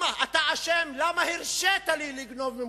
אתה אשם כי הרשית לי לגנוב ממך.